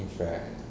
in front